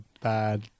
bad